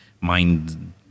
mind